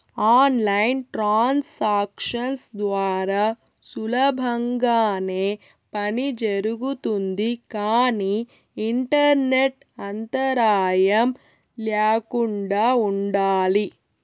on line transactions ద్వారా సులభంగానే పని జరుగుతుంది కానీ ఇంటర్నెట్ అంతరాయం ల్యాకుండా ఉండాలి